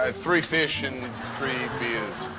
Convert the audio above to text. ah three fish and three beers.